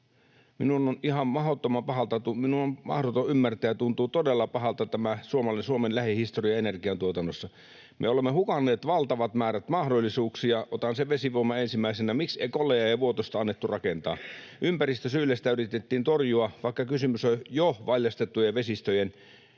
Minun on mahdoton ymmärtää ja tuntuu todella pahalta tämä Suomen lähihistoria energiantuotannossa. Me olemme hukanneet valtavat määrät mahdollisuuksia. Otan sen vesivoiman ensimmäisenä. Miksi ei Kollajaa ja Vuotosta annettu rakentaa? Ympäristösyillä sitä yritettiin torjua, vaikka kysymys on jo valjastettujen vesistöjen